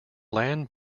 land